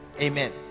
Amen